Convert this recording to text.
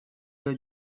your